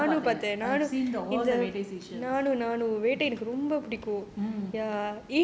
நான் எல்லா:naan ella season நல்லா பாத்தேன்:nallaa paathaen I've seen all the radio station